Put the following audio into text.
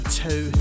two